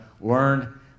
learn